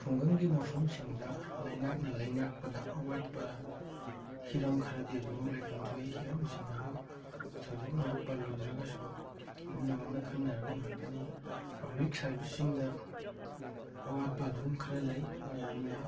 ꯈꯨꯡꯒꯪꯒꯤ ꯃꯐꯝꯁꯤꯡꯗ ꯂꯩꯉꯥꯛꯅ ꯂꯩꯉꯥꯛꯄꯗ ꯑꯋꯥꯠꯄ ꯍꯤꯔꯝ ꯈꯔꯗꯤ ꯑꯗꯨꯃꯛ ꯂꯩꯐꯝ ꯊꯣꯛꯏ ꯍꯤꯔꯝꯁꯤꯡ ꯑꯗꯨ ꯊꯣꯏꯗꯣꯛꯅ ꯄꯜꯂꯨꯗ꯭ꯔꯒꯁꯨ ꯄꯨꯝꯅꯃꯛꯅ ꯈꯪꯅꯔꯕ ꯉꯥꯛꯇꯅꯤ ꯄꯥꯕ꯭ꯂꯤꯛ ꯁꯔꯚꯤꯁꯁꯤꯡꯗ ꯑꯋꯥꯠꯄ ꯑꯗꯨꯝ ꯈꯔ ꯂꯩ ꯃꯤꯌꯥꯝꯅ